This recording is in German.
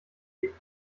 gelegt